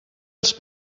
els